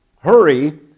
hurry